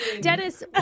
Dennis